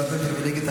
התקבלה.